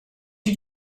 did